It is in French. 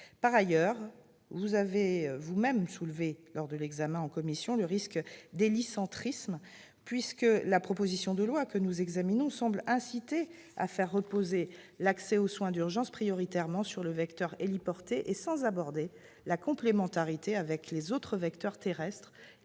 Par ailleurs, vous avez vous-même soulevé lors de l'examen en commission le risque d'« hélicentrisme », puisque la proposition de loi que nous examinons semble inciter à faire reposer l'accès aux soins d'urgence prioritairement sur le vecteur héliporté, sans aborder la complémentarité avec les autres vecteurs terrestres